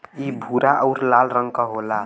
इ भूरा आउर लाल रंग क होला